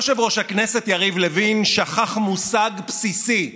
יושב-ראש הכנסת יריב לוין שכח מושג בסיסי באזרחות,